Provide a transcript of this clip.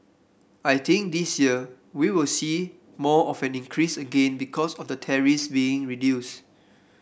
I think this year we will see more of an increase again because of the tariffs being reduced